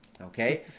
Okay